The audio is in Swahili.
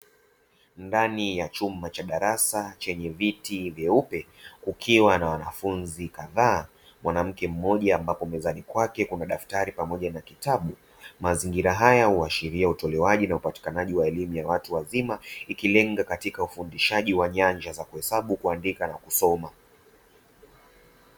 Ndani ya chumba cha darasa chenye viti vyeupe, kukiwa na wanafunzi kadhaa, mwanamke mmoja ambapo mezani kwake kuna daftari pamoja na kitabu. Mazingira haya huashiria utolewaji na upatikanaji wa elimu ya watu wazima, ikilenga katika ufundishaji wa nyanja za kuhesabu, kuandika na kusoma.